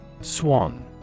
Swan